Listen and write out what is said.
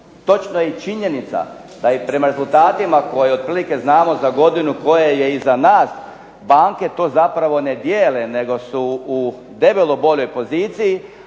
Točna je i činjenica da i prema rezultatima koje otprilike znamo za godinu koja je iza nas banke to zapravo ne dijele nego su u debelo boljoj poziciji,